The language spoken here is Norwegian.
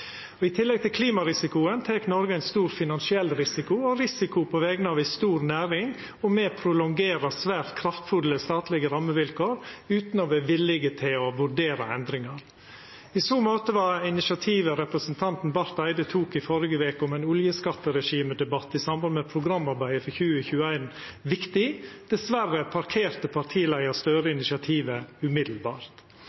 tøffare. I tillegg til klimarisikoen tek Noreg ein stor finansiell risiko og ein risiko på vegner av ei stor næring, og me prolongerer svært kraftfulle statlege rammevilkår utan å vera villige til å vurdera endringar. I så måte var initiativet representanten Barth Eide tok i førre veke om ein oljeskatteregimedebatt i samband med programarbeidet for 2021, viktig. Dessverre parkerte partileiar Støre